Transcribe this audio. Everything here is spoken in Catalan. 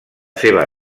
seva